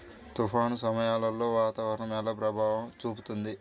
తుఫాను సమయాలలో వాతావరణం ఎలా ప్రభావం చూపుతుంది?